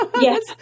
Yes